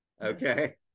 Okay